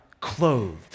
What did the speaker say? clothed